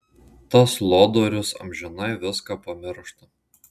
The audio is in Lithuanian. tas lodorius amžinai viską pamiršta